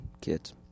kids